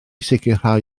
sicrhau